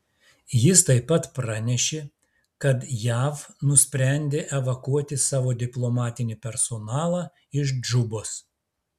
jis taip pat pranešė kad jav nusprendė evakuoti savo diplomatinį personalą iš džubos